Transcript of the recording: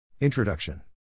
Introduction